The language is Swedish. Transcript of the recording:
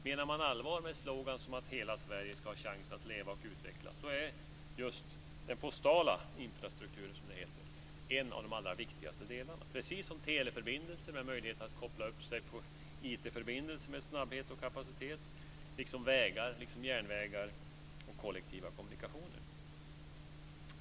Menar man allvar med sloganer som att hela Sverige ska ha chans att leva och utvecklas är just den postala infrastrukturen, som det heter, en av de allra viktigaste delarna, precis som teleförbindelser med möjlighet att koppla upp sig på IT-förbindelser med snabbhet och kapacitet, liksom vägar, järnvägar och kollektiva kommunikationer.